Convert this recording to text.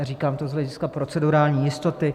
Říkám to z hlediska procedurální jistoty.